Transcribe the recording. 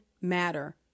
matter